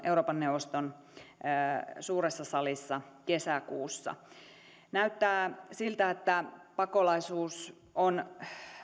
euroopan neuvoston suuressa salissa kesäkuussa näyttää siltä että pakolaisuus on